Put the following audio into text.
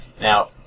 Now